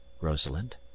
Rosalind